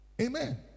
Amen